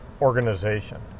organization